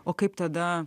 o kaip tada